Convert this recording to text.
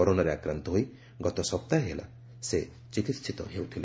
କରୋନାରେ ଆକ୍ରାନ୍ତ ହୋଇ ଗତ ସପ୍ତାହେ ହେଲା ସେ ଚିକିିିିତ ହେଉଥିଲେ